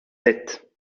têtes